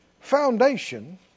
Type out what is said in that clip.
foundation